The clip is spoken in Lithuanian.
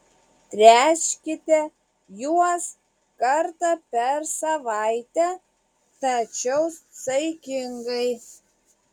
tręškite juos kartą per savaitę tačiau saikingai